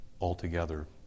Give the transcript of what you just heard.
altogether